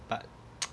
but